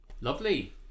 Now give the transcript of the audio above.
Lovely